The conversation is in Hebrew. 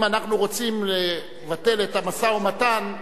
אם אנחנו רוצים לבטל את המשא-ומתן,